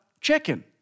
chicken